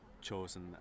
chosen